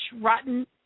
Rotten